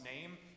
name